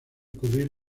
cubrir